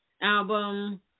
album